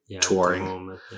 touring